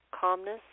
calmness